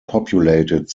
populated